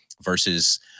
versus